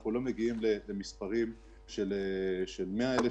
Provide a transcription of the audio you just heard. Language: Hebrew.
אנחנו לא מגיעים למספרים של 100,000,